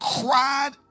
cried